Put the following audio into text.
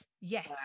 yes